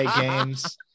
games